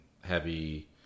heavy